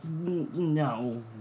No